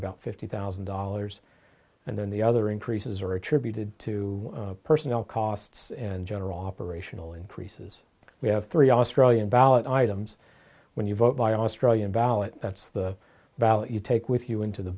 about fifty thousand dollars and then the other increases are attributed to personnel costs and general operational increases we have three australian ballot items when you vote by australian ballot that's the value you take with you into the